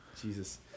Jesus